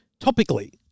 topically